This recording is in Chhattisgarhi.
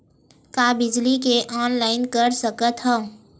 का बिजली के ऑनलाइन कर सकत हव?